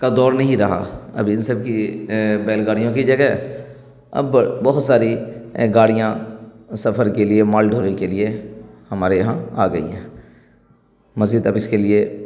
کا دور نہیں رہا اب ان سب کی بیل گاڑیوں کی جگہ اب بہت ساری گاڑیاں سفر کے لیے مال ڈھونے کے لیے ہمارے یہاں آ گئی ہیں مزید اب اس کے لیے